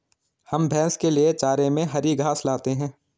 हम भैंस के लिए चारे में हरी घास लाते हैं